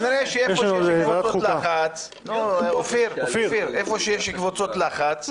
כנראה שאיפה שיש קבוצות לחץ --- איזה קבוצות לחץ?